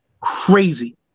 crazy